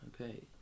okay